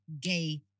gay